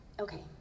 Okay